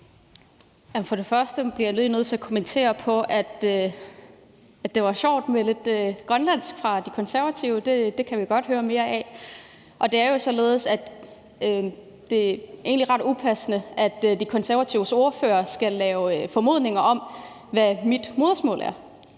For det første bliver jeg lige nødt til at kommentere på, at det var sjovt med lidt grønlandsk fra De Konservative. Det kan vi godt høre mere af. Det er egentlig ret upassende, at spørgeren fra De Konservative skal lave formodninger om, hvad mit modersmål er.